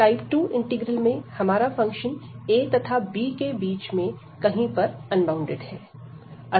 type 2 integral में हमारा function a तथा b के बीच में कहीं पर अनबॉउंडेड है